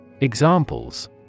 Examples